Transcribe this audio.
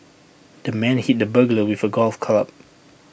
the man hit the burglar with A golf club